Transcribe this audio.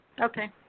Okay